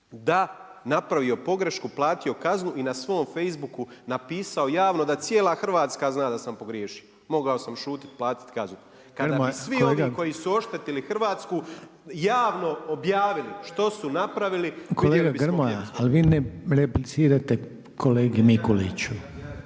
Da, napravio pogrešku, platio kaznu i na svom Facebooku napisao javno da cijela Hrvatska zna da sam pogriješio. Mogao sam šutit, platit kaznu. Kada bi svi oni koji su oštetili Hrvatsku javno objavili što su napravili bili bismo gdje bismo bili. **Reiner, Željko (HDZ)** Kolega ali vi ne replicirate kolegi Mikuliću.